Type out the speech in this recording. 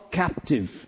captive